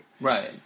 Right